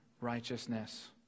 righteousness